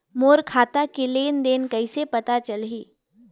मोर खाता के लेन देन कइसे पता चलही?